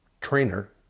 trainer